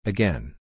Again